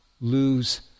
lose